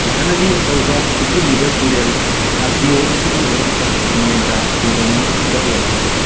ꯃꯍꯥꯅꯗꯤ ꯑꯆꯧꯕ ꯏꯇꯤꯜꯂꯤꯕ ꯇꯨꯔꯦꯜ ꯍꯥꯁꯗꯤꯌꯣ ꯑꯁꯤꯒꯤ ꯍꯧꯔꯛꯐꯝ ꯃꯦꯟꯗ꯭ꯔꯥ ꯈꯨꯡꯒꯪꯗ ꯑꯣꯏ